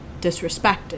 disrespected